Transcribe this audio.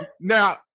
Now